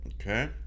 Okay